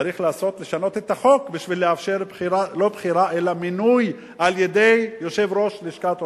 צריך לשנות את החוק בשביל לאפשר מינוי על-ידי יושב-ראש לשכת עורכי-הדין.